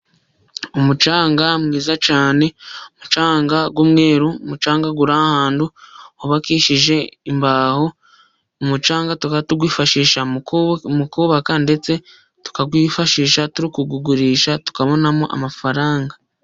Umucanga mwiza cyane, umucanga w'umweru, umucanga uri ahantu, hubakishije imbaho, umucanga tukaba tuwifashisha mu kubabaka, ndetse tukawifashisha tugurisha, tukabonamo amafaranga.